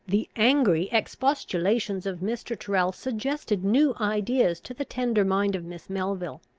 the angry expostulations of mr. tyrrel suggested new ideas to the tender mind of miss melville.